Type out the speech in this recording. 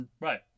right